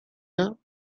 now